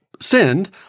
send